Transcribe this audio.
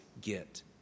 get